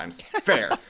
Fair